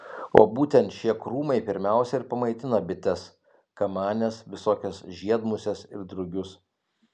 o būtent šie krūmai pirmiausia ir pamaitina bites kamanes visokias žiedmuses ir drugius